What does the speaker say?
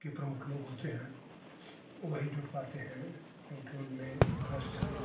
के प्रमुख लोग होते हैं वही जुट पाते हैं क्यूँकि उनमें रस छंद